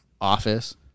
office